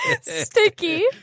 Sticky